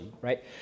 right